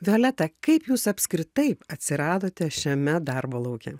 violeta kaip jūs apskritai atsiradote šiame darbo lauke